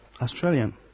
Australian